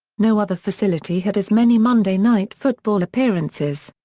no other facility had as many monday night football appearances.